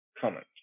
comment